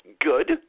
good